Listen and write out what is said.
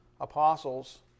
apostles